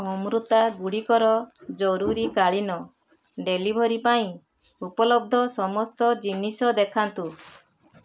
ଅମୃତାଗୁଡ଼ିକର ଜରୁରୀକାଳୀନ ଡ଼େଲିଭରି ପାଇଁ ଉପଲବ୍ଧ ସମସ୍ତ ଜିନିଷ ଦେଖାନ୍ତୁ